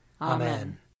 Amen